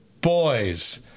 boys